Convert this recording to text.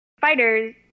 fighters